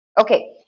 Okay